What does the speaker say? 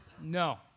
No